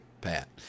Pat